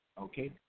Okay